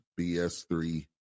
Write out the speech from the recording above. BS3